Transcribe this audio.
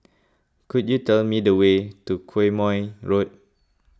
could you tell me the way to Quemoy Road